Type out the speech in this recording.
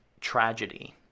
tragedy